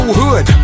hood